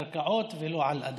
קרקעות ולא על אדמה.